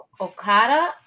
Okada